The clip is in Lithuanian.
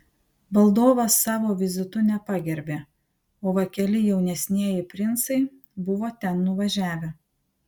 valdovas savo vizitu nepagerbė o va keli jaunesnieji princai buvo ten nuvažiavę